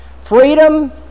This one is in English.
Freedom